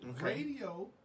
Radio